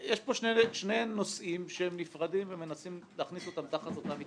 יש פה שני נושאים שהם נפרדים ומנסים להכניס אותם תחת אותה המטרייה.